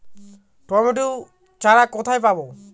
Tomato চারা কোথায় পাবো?